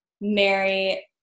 Mary